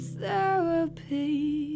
Therapy